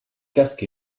casque